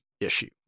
issue